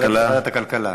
הכלכלה.